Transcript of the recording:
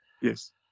Yes